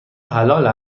حلال